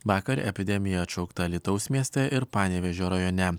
vakar epidemija atšaukta alytaus mieste ir panevėžio rajone